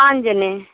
पाँच जने